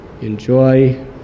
enjoy